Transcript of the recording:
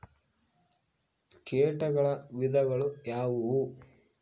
ಕೇಟಗಳ ವಿಧಗಳು ಯಾವುವು?